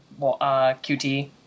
QT